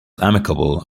amicable